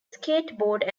skateboard